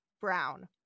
Brown